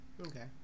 Okay